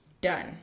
Done